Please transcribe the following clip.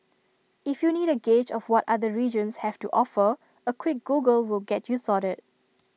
if you need A gauge of what other regions have to offer A quick Google will get you sorted